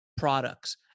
products